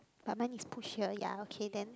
but mine is push here ya okay then